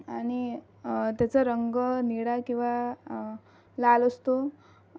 आणि त्याचा रंग निळा किंवा लाल असतो